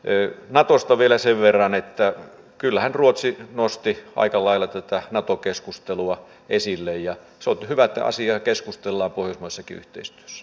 natosta vielä sen verran että kyllähän ruotsi nosti aika lailla tätä nato keskustelua esille ja se on hyvä että asiasta keskustellaan pohjoismaisessakin yhteistyössä